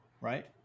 Right